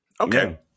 okay